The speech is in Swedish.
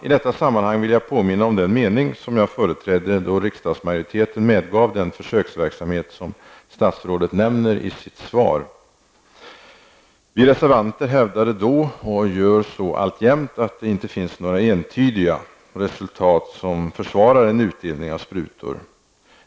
I detta sammanhang vill jag påminna om den mening som jag företrädde då riksdagsmajoriteten medgav den försöksverksamhet som statsrådet nämner i sitt svar. Vi reservanter hävdade då, och gör så alltjämt, att det inte finns några entydiga resultat som försvarar en utdelning av sprutor.